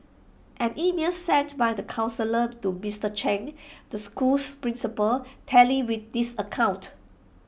an email sent by the counsellor to Mister Chen the school's principal tallies with this account